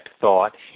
thought